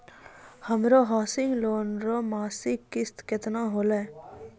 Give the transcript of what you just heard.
हमरो housing loan रो मासिक किस्त केतना होलै?